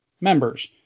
members